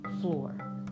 floor